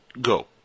Go